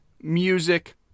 music